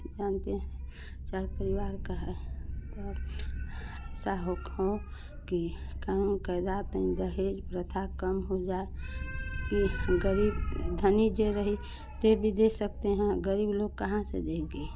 यह जानते हैं आचार्य परिवार का है कहूँ के जाति में दहेज प्रथा कम हो जाए इस गरीब धनी जो रहे सो दे सकते हैं गरीब लोग कहाँ से दे सकेंगे